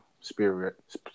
spirit